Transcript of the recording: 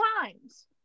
times